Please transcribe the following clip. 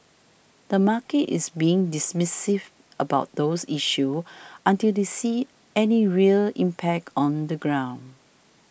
the market is being dismissive about those issues until they see any real impact on the ground